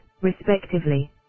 respectively